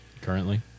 currently